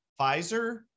Pfizer